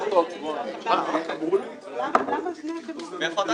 ננעלה בשעה 12:33.